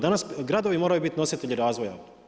Danas gradovi moraju biti nositelji razvoja.